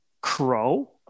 Crow